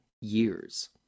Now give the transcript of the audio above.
years